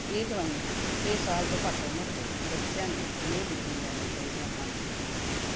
ਇਹ ਦਵਾਈਆਂ ਛੇ ਸਾਲ ਤੋਂ ਘੱਟ ਉਮਰ ਦੇ ਬੱਚਿਆਂ ਨੂੰ ਨਹੀਂ ਦਿੱਤੀਆਂ ਜਾਣੀਆਂ ਚਾਹੀਦੀਆਂ ਹਨ